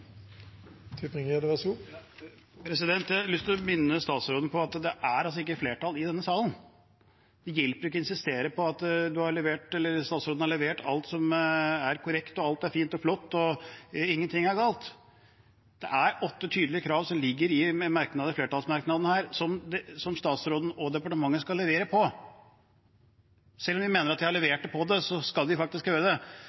ikke flertall i denne salen – det hjelper ikke å insistere på at statsråden har levert alt som er korrekt og alt er fint og flott og ingenting er galt. Det er åtte tydelige krav som ligger i flertallsmerknadene her, som statsråden og departementet skal levere på. Selv om de mener at de har levert på det, skal de faktisk gjøre det. Jeg vil gjerne forsikre meg om at statsråden er klar over det og vil levere dette – ikke si at man har levert det,